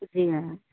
जी हाँ